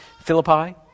Philippi